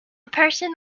person